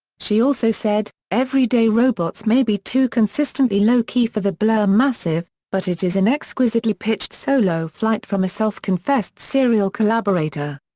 she also said everyday robots may be too consistently low-key for the blur massive, but it is an exquisitely pitched solo flight from a self-confessed serial collaborator.